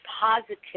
positive